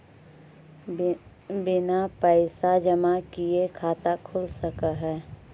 बिना पैसा जमा किए खाता खुल सक है?